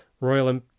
royal